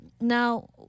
Now